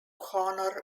honor